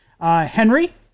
Henry